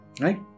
Right